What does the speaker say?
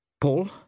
Paul